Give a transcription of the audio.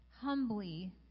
humbly